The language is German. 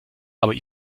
aber